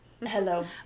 Hello